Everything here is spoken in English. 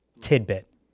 tidbit